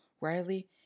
Riley